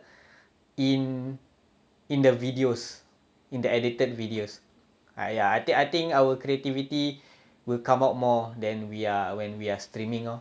in in the videos in the edited videos ya I think I think our creativity will come out more than we are when we are streaming lor